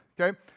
okay